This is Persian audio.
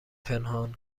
پنهان